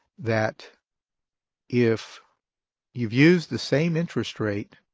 that if you've used the same interest rate